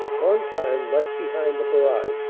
on time right behind the barrage